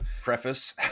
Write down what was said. preface